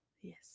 Yes